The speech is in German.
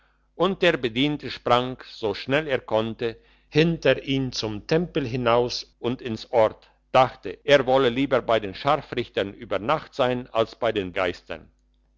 und der bediente sprang so schnell er konnte hinter ihm zum tempel hinaus und ins ort dachte er wolle lieber bei den scharfrichtern über nacht sein als bei den geistern